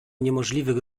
niemożliwych